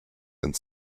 and